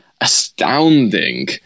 astounding